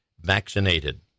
vaccinated